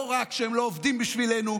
לא רק שהם לא עובדים בשבילנו,